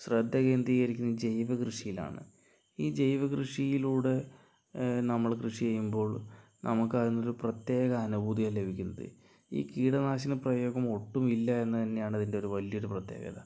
ശ്രദ്ധ കേന്ദ്രികരിക്കുന്നത് ജൈവ കൃഷിയിലാണ് ഈ ജൈവ കൃഷിയിലൂടെ നമ്മള് കൃഷി ചെയ്യുമ്പോൾ നമുക്ക് അതിന്നൊരു പ്രത്യേക അനുഭൂതിയാണ് ലഭിക്കുന്നത് ഈ കീടനാശിനി പ്രയോഗം ഒട്ടും ഇല്ല എന്ന് തന്നെയാണ് ഇതിൻ്റെ ഒരു വലിയ ഒരു പ്രത്യേകത